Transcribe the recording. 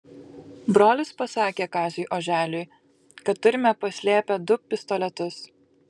brolis pasakė kaziui oželiui kad turime paslėpę du pistoletus